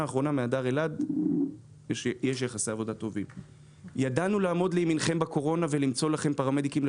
יש לנו עוד הערה טכנית אחת לאחד הסעיפים.